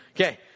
Okay